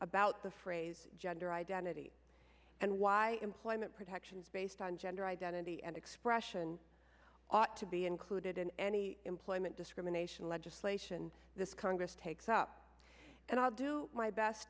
about the phrase gender identity and why employment protections based on gender identity and expression ought to be included in any employment discrimination legislation this congress takes up and i'll do my best